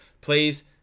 please